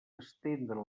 estendre